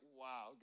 wow